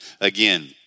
again